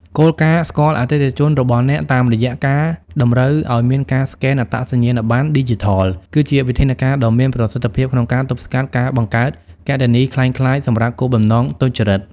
គោលការណ៍ "ស្គាល់អតិថិជនរបស់អ្នក" តាមរយៈការតម្រូវឱ្យមានការស្កែនអត្តសញ្ញាណប័ណ្ណឌីជីថល គឺជាវិធានការដ៏មានប្រសិទ្ធភាពក្នុងការទប់ស្កាត់ការបង្កើតគណនីក្លែងក្លាយសម្រាប់គោលបំណងទុច្ចរិត។